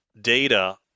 data